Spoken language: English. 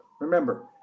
Remember